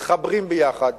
מתחברים ביחד,